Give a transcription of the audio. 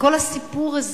וכל הסיפור הזה,